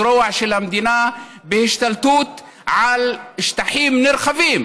זרוע של המדינה להשתלטות על שטחים נרחבים,